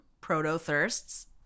proto-thirsts